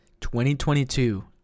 2022